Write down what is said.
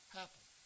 happen